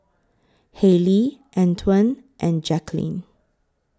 Haylie Antwan and Jaqueline